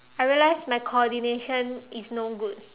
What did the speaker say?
I realize my coordination is no good